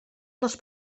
les